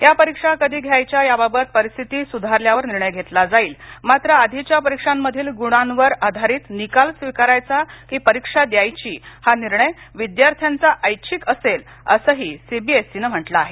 या परीक्षा कधी घ्यायच्या याबाबत परिस्थिती सुधारल्यावर निर्णय घेतला जाईल मात्र आधीच्या परिक्षांमधिल गुणांवर आधारित निकाल स्वीकारायचा की परिक्षा द्यायची हा निर्णय विद्यार्थ्यांचा ऐच्छिक असेल असंही सीबीएससीनं म्हटलं आहे